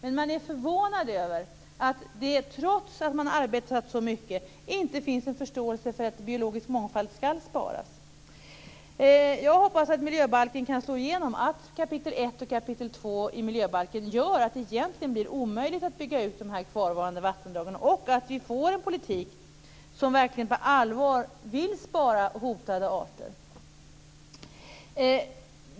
Men man är förvånad över att det trots att man arbetat så mycket inte finns en förståelse för att den biologiska mångfalden skall bevaras. Jag hoppas att miljöbalken kan slå igenom och att kap. 1 och kap. 2 gör att det blir omöjligt att bygga ut de kvarvarande vattendragen, och att vi får en politik som är uttryck för att vi verkligen på allvar vill bevara hotade arter.